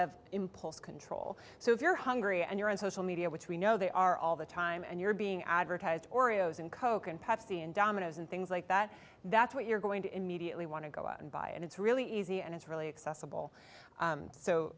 of impulse control so if you're hungry and you're in social media which we know they are all the time and you're being advertised oreos and coke and pepsi and dominoes and things like that that's what you're going to immediately want to go out and buy and it's really easy and it's really excessi